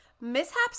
mishaps